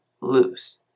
lose